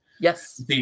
Yes